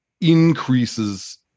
increases